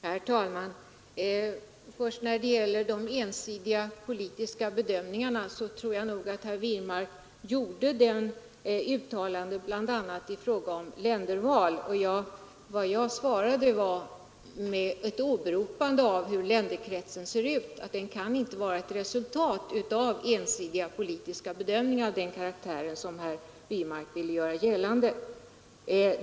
Herr talman! Först till de ensidiga politiska bedömningarna. Jag tror nog att herr Wirmark när han gjorde det uttalandet bl.a. avsåg ländervalet. Jag svarade med ett åberopande av hur länderkretsen ser ut; den kan inte vara ett resultat av ensidiga politiska bedömningar av sådan karaktär som herr Wirmark vill göra gällande.